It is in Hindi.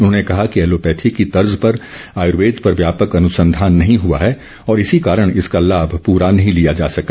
उन्होंने कहा कि एलोपैथी की तर्ज पर आयुर्वेद पर व्यापक अनुसंधान नहीं हुआ है और इसी कारण इसका पूरा लाभ नहीं लिया जा सका